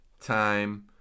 time